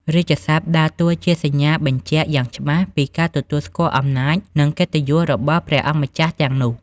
រាជសព្ទដើរតួជាសញ្ញាបញ្ជាក់យ៉ាងច្បាស់ពីការទទួលស្គាល់អំណាច និងកិត្តិយសរបស់ព្រះអង្គម្ចាស់ទាំងនោះ។